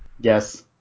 Yes